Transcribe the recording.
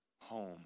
home